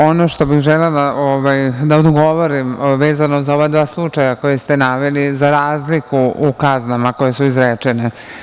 Ono što bih želela da odgovorim vezano za ova dva slučaja koja ste naveli za razliku u kaznama koje su izrečene.